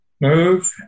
Move